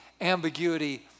ambiguity